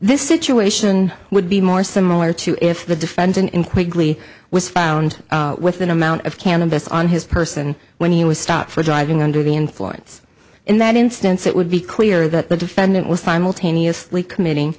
this situation would be more similar to if the defendant in quigley was found with an amount of cannabis on his person when he was stopped for driving under the influence in that instance it would be clear that the defendant was simultaneously committing